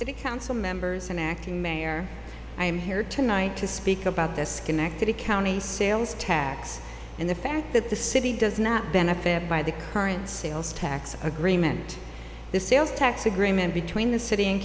city council members and acting mayor i am here tonight to speak about this connected county sales tax and the fact that the city does not benefit by the current sales tax agreement the sales tax agreement between the city and